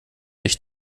sich